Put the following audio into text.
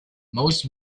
most